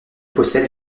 possède